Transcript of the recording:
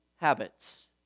habits